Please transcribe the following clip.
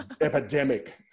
epidemic